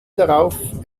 darauf